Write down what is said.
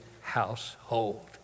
household